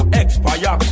expire